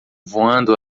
voando